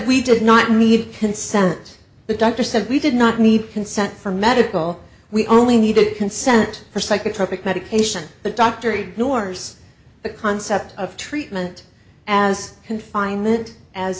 we did not need consent the doctor said we did not need consent for medical we only needed consent for psychotropic medication the doctor ignores the concept of treatment as confinement as